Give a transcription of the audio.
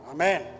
Amen